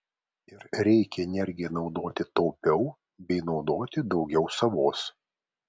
ir reikia energiją naudoti taupiau bei naudoti daugiau savos